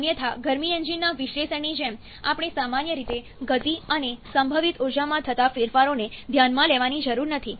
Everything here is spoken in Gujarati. અન્યથા ગરમી એન્જિનના વિશ્લેષણની જેમ આપણે સામાન્ય રીતે ગતિ અને સંભવિત ઊર્જામાં થતા ફેરફારોને ધ્યાનમાં લેવાની જરૂર નથી